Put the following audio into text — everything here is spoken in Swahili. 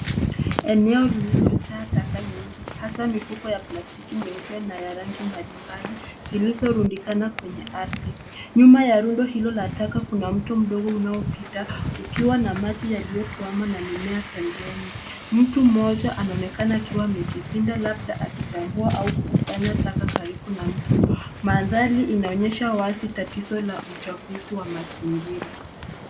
Eneo lililojaa taka nyingi hasa mifuko ya plastiki nyeupe na ya rangi mbalimbali, zilizorundikana kwenye ardhi. Nyuma ya rundo hilo la taka kuna mto mdogo unaopita, ukiwa na maji yaliyotuama na mimea pembeni. Mtu mmoja ana anaonekana akiwa amejipinda labda akichambua au kukusanya taka karibu na mto. Mandhari inaonyesha wazi tatizo la uchafuzi wa mazingira.